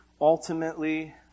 ultimately